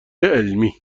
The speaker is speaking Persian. علمی